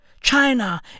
China